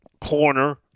Corner